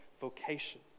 vocation